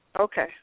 Okay